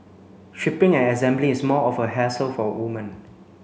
stripping and assembly is more of a hassle for women